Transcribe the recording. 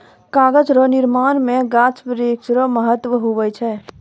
कागज रो निर्माण मे गाछ वृक्ष रो महत्ब हुवै छै